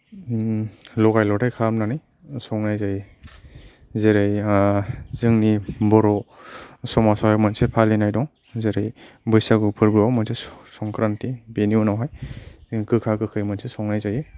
लगाय लथाय खालामनानै संनाय जायो जेरै जोंनि बर' समाजावहाय मोनसे फालिनाय दं जेरै बैसागु फोरबोआव मोनसे संक्रान्ति बेनि उनावहाय जों गोखा गोखै मोनसे संनाय जायो